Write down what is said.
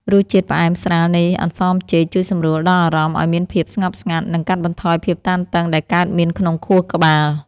រសជាតិផ្អែមស្រាលនៃអន្សមចេកជួយសម្រួលដល់អារម្មណ៍ឱ្យមានភាពស្ងប់ស្ងាត់ និង កាត់បន្ថយភាពតានតឹងដែលកើតមានក្នុងខួរក្បាល។